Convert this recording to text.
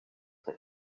that